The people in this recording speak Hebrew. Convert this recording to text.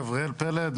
אני גבריאל פלד,